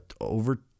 over